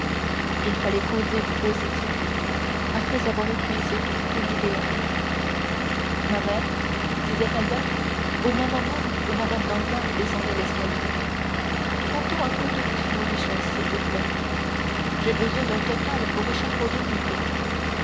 il fallait causer du positif après avoir épuisé tout l'idéal ma mère disait albert au moment même où mme danglars descendait l'escalier comptons un peu toutes nos richesses s'il vous plaît j'ai besoin d'un total pour échafauder mes plans